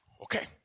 Okay